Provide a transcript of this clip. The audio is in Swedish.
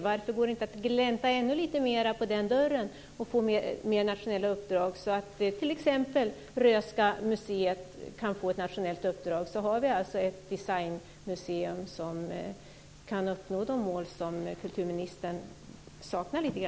Varför går det inte att glänta ännu mera på den dörren och ge mer nationella uppdrag, så att t.ex. Röhsska museet kan få ett nationellt uppdrag? Då skulle vi ha ett designmuseum som kan uppnå de mål som kulturministern saknar.